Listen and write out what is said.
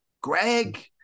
greg